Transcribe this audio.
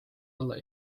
alla